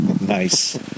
Nice